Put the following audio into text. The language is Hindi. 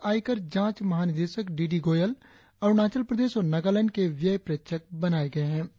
पूर्व आयकर जांच महानिदेशक डी डी गोयल अरुणाचल प्रदेश और नगालैंड के लिए व्यय प्रेक्षक बनाए गए हैं